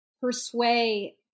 persuade